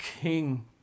king